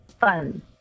Fun